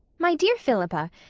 my dear philippa,